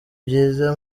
byiza